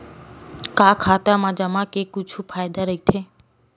का खाता मा जमा के कुछु फ़ायदा राइथे?